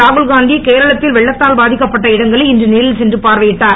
ராகுல்காந்தி கேரளத்தில் வெள்ளத்தால் பாதிக்கப்பட்ட இடங்களை இன்று நேரில் சென்று பார்வையிட்டார்